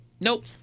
Nope